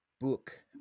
Book